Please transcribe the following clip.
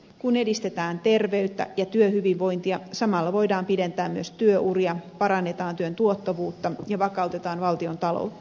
kun edistetään terveyttä ja työhyvinvointia samalla voidaan pidentää myös työuria parannetaan työn tuottavuutta ja vakautetaan valtiontaloutta